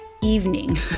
evening